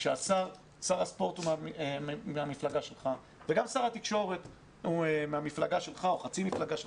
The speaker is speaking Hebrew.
שר הספורט הוא מהמפלגה שלך וגם שר התקשורת הוא חצי מהמפלגה שלך.